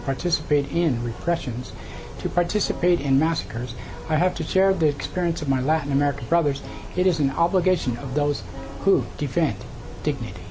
participate in repressions to participate in massacres i have to share the experience of my latin american brothers it is an obligation of those who defend dignity